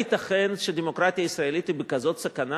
הייתכן שהדמוקרטיה הישראלית היא בסכנה